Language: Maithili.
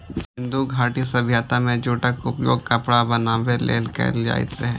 सिंधु घाटी सभ्यता मे जूटक उपयोग कपड़ा बनाबै लेल कैल जाइत रहै